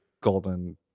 golden